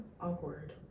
Awkward